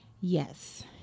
yes